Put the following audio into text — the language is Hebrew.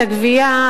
את הגבייה,